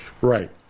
Right